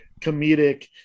comedic